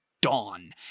dawn